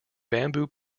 bamboo